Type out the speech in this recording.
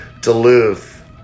Duluth